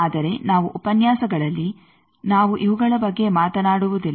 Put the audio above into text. ಆದರೆ ನಾವು ಉಪನ್ಯಾಸಗಳಲ್ಲಿ ನಾವು ಇವುಗಳ ಬಗ್ಗೆ ಮಾತನಾಡುವುದಿಲ್ಲ